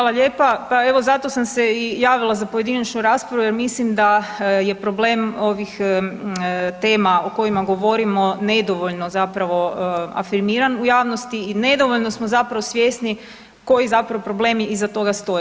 Hvala lijepa, pa evo zato sam se i javila za pojedinačnu raspravu jer mislim da je problem ovih tema o kojima govorimo nedovoljno zapravo afirmiran u javnosti i nedovoljno smo zapravo svjesni koji zapravo problemi iza toga stoje.